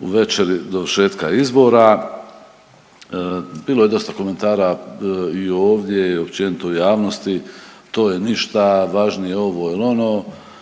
u večeri dovršetka izbora. Bilo je dosta komentara i ovdje i općenito u javnosti, to je ništa, važnije je ovo ili ono,